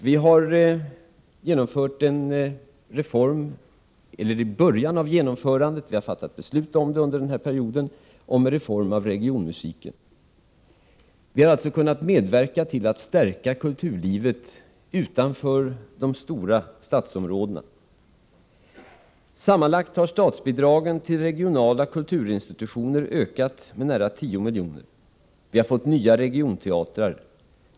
Vi har under den här perioden fattat beslut om en reform av regionmusiken. Vi har alltså kunnat medverka till att stärka kulturlivet utanför de stora stadsområdena. Sammanlagt har statsbidragen till regionala kulturinstitutioner ökat med nära 10 miljoner. Vi har fått nya regionteatrar.